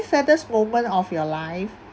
saddest moment of your life